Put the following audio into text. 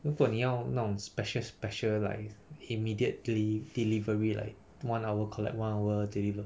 如果你要那种 special special like immediately delivery like one hour collect one hour deliver